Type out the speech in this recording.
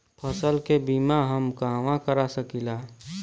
फसल के बिमा हम कहवा करा सकीला?